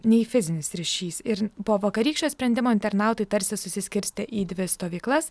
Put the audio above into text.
nei fizinis ryšys ir po vakarykščio sprendimo internautai tarsi susiskirstė į dvi stovyklas